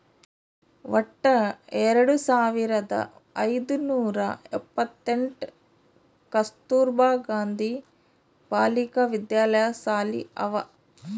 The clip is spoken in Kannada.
ವಟ್ಟ ಎರಡು ಸಾವಿರದ ಐಯ್ದ ನೂರಾ ಎಪ್ಪತ್ತೆಂಟ್ ಕಸ್ತೂರ್ಬಾ ಗಾಂಧಿ ಬಾಲಿಕಾ ವಿದ್ಯಾಲಯ ಸಾಲಿ ಅವಾ